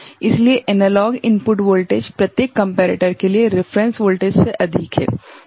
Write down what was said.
इसलिए analog input voltage प्रत्येक comparator के लिए रेफरेंस वोल्टेज से अधिक है ठीक हैं